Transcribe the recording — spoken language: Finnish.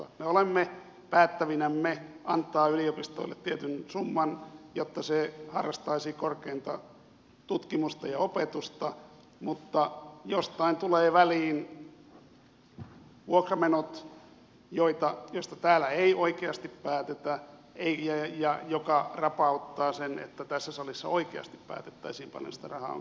me olemme päättävinämme antaa yliopistoille tietyn summan jotta siellä harrastettaisiin korkeinta tutkimusta ja opetusta mutta jostain tulevat väliin vuokramenot joista täällä ei oikeasti päätetä mikä rapauttaa sen että tässä salissa oikeasti päätettäisiin paljonko sitä rahaa on käytettävissä